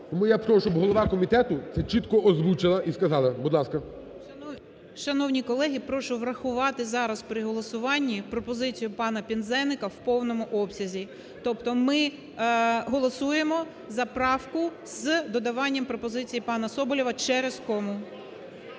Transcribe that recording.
Тому я прошу, щоб голова комітету це чітко озвучила і сказала. Будь ласка. 11:07:22 БОГОМОЛЕЦЬ О.В. Шановні колеги, прошу врахувати зараз при голосуванні пропозицію пана Пинзеника в повному обсязі. Тобто ми голосуємо за правку з додаванням пропозицій пана Соболєва через кому.